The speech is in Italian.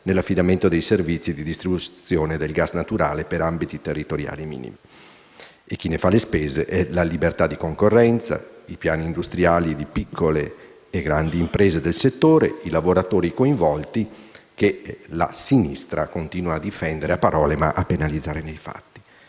nell'affidamento dei servizi di distribuzione del gas naturale per ambiti territoriali minimi. E chi ne fa le spese sono la libertà di concorrenza, i piani industriali di piccole e grandi imprese del settore, i lavoratori coinvolti che la sinistra continua a difendere a parole, ma a penalizzare nei fatti.